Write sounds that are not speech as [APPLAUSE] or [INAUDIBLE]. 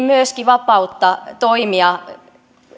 [UNINTELLIGIBLE] myöskin vapautta toimia